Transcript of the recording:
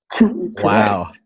wow